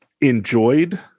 enjoyed